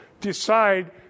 decide